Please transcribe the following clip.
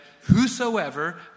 whosoever